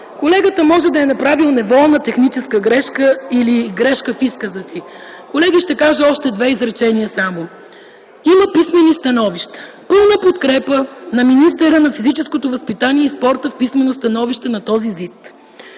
Колегата може да е направил неволна техническа грешка или грешка в изказа си. Колеги, ще кажа още само две изречения. Има писмени становища: пълна подкрепа на министъра на физическото възпитание и спорта с писмено становище на този